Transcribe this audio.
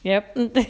ya